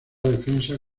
defensa